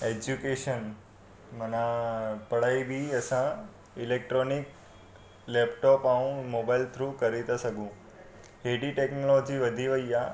education माना पढ़ाई बि असां इलेक्ट्रॉनिक लेपटॉप ऐं मोबाइल थ्रू करे था सघूं एॾी टेक्नोलॉजी वधी वई आहे